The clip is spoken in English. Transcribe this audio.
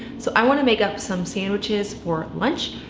so i want to make up some sandwiches for lunch.